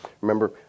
Remember